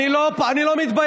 אין לך, אני לא מתבייש.